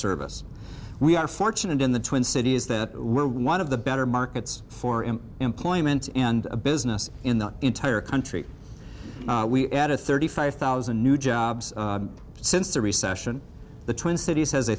service we are fortunate in the twin cities that we're one of the better markets for him employment and a business in the entire country we added thirty five thousand new jobs since the recession the twin cities has a